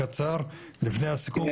קצר לפני הסיכום,